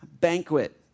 banquet